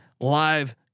live